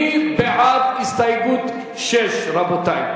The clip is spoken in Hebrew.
מי בעד הסתייגות מס' 6, רבותי?